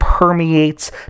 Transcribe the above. permeates